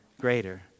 greater